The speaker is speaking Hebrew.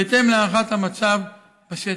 בהתאם להערכת המצב בשטח.